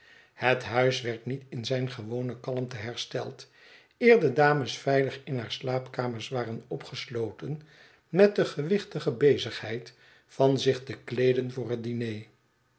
het huis werd niet in zijn gewone kalmte hersteld eer de dames veilig in haar slaapkamers waren opgesloten met de gewichtige bezigheid van zich te kleeden voor het diner